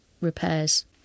repairs